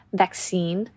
vaccine